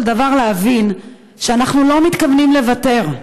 דבר להבין שאנחנו לא מתכוונים לוותר,